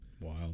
Wow